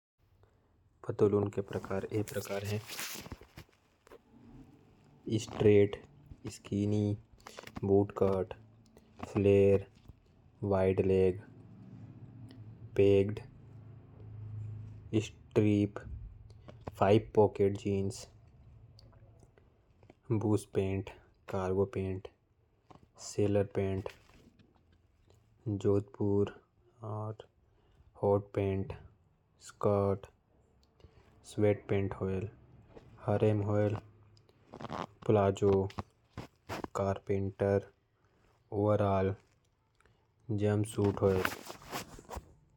पतलून के प्रकार ये प्रकार है। हार्ड-एज स्टाइल के साथ कूल एक्सटीरियर के लिए। Denim jeans straight, loose, skinny और slim style. Wide leg, strip, cargo pant, hot pant, full paint.